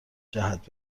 جهت